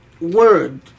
word